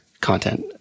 content